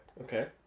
Okay